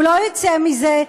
הוא לא יצא מזה,